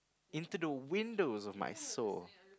into the windows of my soul